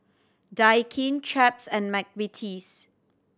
Daikin Chaps and McVitie's